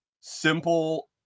simple